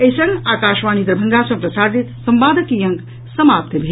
एहि संग आकाशवाणी दरभंगा सँ प्रसारित संवादक ई अंक समाप्त भेल